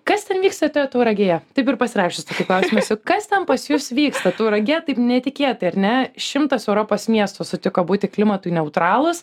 kas ten vyksta toje tauragėje taip ir pasirašius tokį klausimą esu kas ten pas jus vyksta tauragė taip netikėtai ar ne šimtas europos miestų sutiko būti klimatui neutralūs